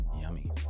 yummy